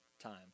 times